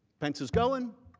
pence is going,